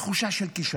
תחושה של כישלון,